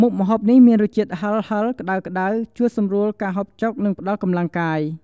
មុខម្ហូបនេះមានរសជាតិហឹរៗ ក្ដៅៗ ជួយសម្រួលការហូបចុក និងផ្តល់កម្លាំងកាយ។